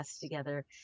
together